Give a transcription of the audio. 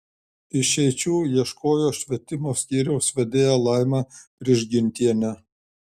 išeičių ieškojo švietimo skyriaus vedėja laima prižgintienė